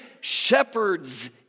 shepherd's